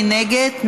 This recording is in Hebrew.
מי נגד?